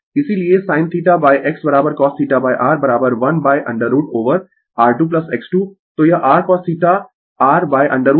इसीलिये sin θX cosθR 1√ over R2X2 तो यह r cosθ R√ over X2X2 है ठीक है